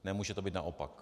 Nemůže to být naopak.